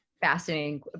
fascinating